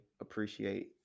appreciate